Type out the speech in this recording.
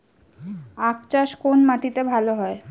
আখ চাষ কোন মাটিতে ভালো হয়?